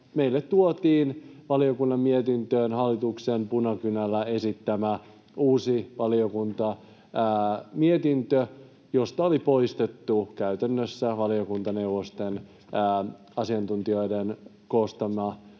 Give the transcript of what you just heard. meille tuotiin valiokunnan mietintöön hallituksen punakynällä esittämä uusi valiokuntamietintö, josta oli poistettu käytännössä valiokuntaneuvosten, asiantuntijoiden, koostama